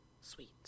sweet